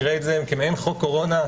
נראה את זה כמעין חוק קורונה,